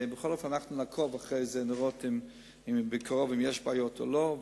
אנחנו נעקוב אחרי זה לראות מקרוב אם יש בעיות או לא,